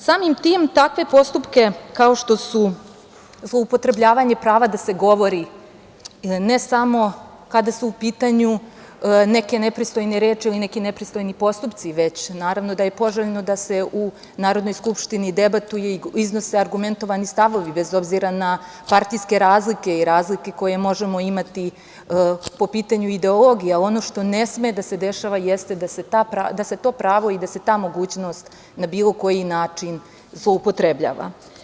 Samim tim, takve postupke kao što su zloupotrebljavanje prava da se govori, ne samo kada su u pitanju neke nepristojne reči ili neki nepristojni postupci, već, naravno da je poželjno da se u Narodnoj skupštini debatuje i iznose argumentovani stavovi, bez obzira na partijske razlike i razlike koje možemo imati po pitanju ideologije, ali ono što ne sme da se dešava jeste da se to pravo i da se ta mogućnost na bilo koji način zloupotrebljava.